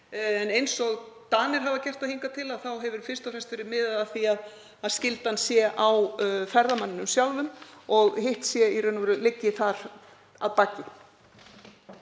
En eins og Danir hafa gert það hingað til hefur fyrst og fremst verið miðað að því að skyldan sé á ferðamanninum sjálfum og hitt liggi í raun og veru þar að baki.